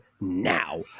now